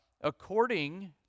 according